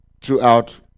throughout